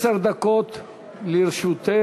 אדוני היושב-ראש, השרים, סגני